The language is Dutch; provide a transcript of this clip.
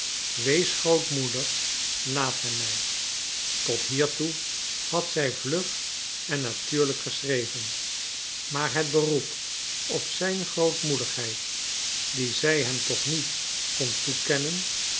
wees grootmoedig laat hem mij tot hier toe had zij vlug en natuurlijk geschreven maar het beroep op zijn grootmoedigheid die zij hem toch niet kon toekennen